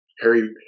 Harry